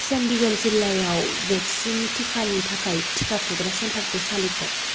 चन्डीगर जिल्लायाव वेक्सिन टिकानि थाखाय टिका थुग्रा सेन्टारखौ सालिख'